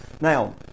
Now